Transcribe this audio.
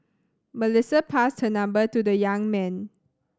Melissa passed her number to the young man